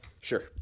Sure